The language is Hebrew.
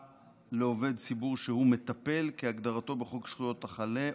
לעובד ציבור שהוא מטפל כהגדרתו בחוק זכויות החולה,